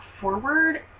forward